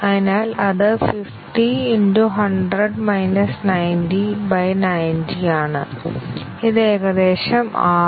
അതിനാൽ അത് 50 90 ആണ് ഇത് ഏകദേശം 6